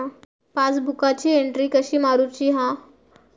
पासबुकाची एन्ट्री कशी मारुची हा?